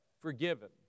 forgiven